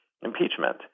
impeachment